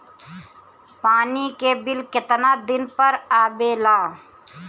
पानी के बिल केतना दिन पर आबे ला?